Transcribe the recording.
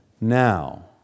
now